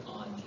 on